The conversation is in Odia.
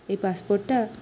ଏଇ ପାସ୍ପୋର୍ଟ୍ଟା